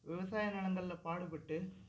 விவசாய நிலங்கள்ல பாடுபட்டு